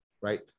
right